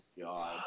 God